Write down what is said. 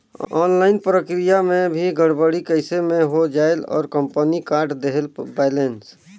Online प्रक्रिया मे भी गड़बड़ी कइसे मे हो जायेल और कंपनी काट देहेल बैलेंस?